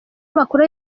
makuru